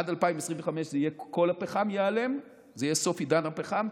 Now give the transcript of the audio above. עד 2025 כל הפחם ייעלם, זה יהיה סוף עידן הפחם.